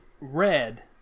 Red